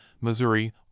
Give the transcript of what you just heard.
Missouri